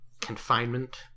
confinement